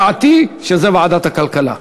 דעתי היא שזה ועדת הכלכלה.